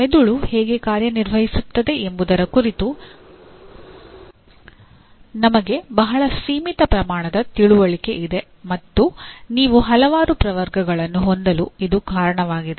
ಮೆದುಳು ಹೇಗೆ ಕಾರ್ಯನಿರ್ವಹಿಸುತ್ತದೆ ಎಂಬುದರ ಕುರಿತು ನಮಗೆ ಬಹಳ ಸೀಮಿತ ಪ್ರಮಾಣದ ತಿಳುವಳಿಕೆ ಇದೆ ಮತ್ತು ನೀವು ಹಲವಾರು ಪ್ರವರ್ಗಗಳನ್ನು ಹೊಂದಲು ಇದು ಕಾರಣವಾಗಿದೆ